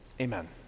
Amen